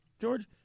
George